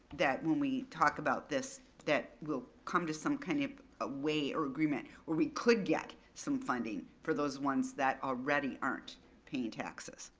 that when we talk about this, that we'll come to some kind of ah way or agreement, where we could get some funding for those ones that already aren't paying taxes.